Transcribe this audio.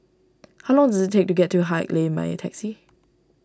how long does it take to get to Haig Lane by taxi